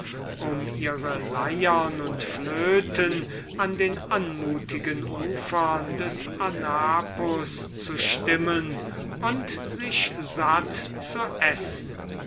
um ihre leiern und flöten an den anmutigen ufern des anapus zu stimmen und sich satt zu essen